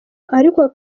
ariko